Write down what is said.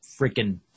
freaking